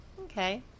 Okay